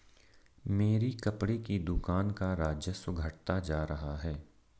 मेरी कपड़े की दुकान का राजस्व घटता जा रहा है